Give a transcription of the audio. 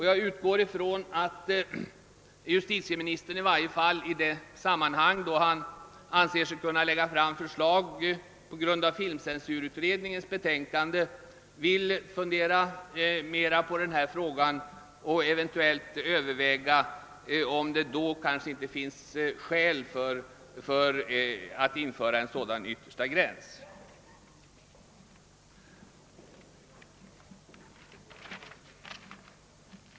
Jag utgår ifrån att justitieministern i det sammanhang då han anser sig kunna lägga fram förslag på grundval av filmcensurutredningens betänkande vill fundera mera på denna sak och eventuellt överväga om det kanske finns skäl för att införa en sådan yttersta gräns.